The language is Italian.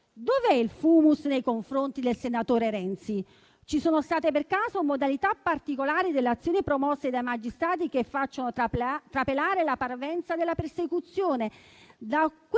dov'è il *fumus* nei confronti del senatore Renzi? Ci sono state per caso modalità particolari delle azioni promosse da magistrati che facciano trapelare la parvenza della persecuzione?